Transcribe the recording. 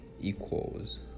equals